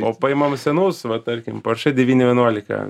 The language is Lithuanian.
o paimam senus va tarkim porsche devyni vienuolika